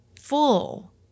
full